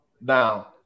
Now